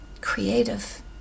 creative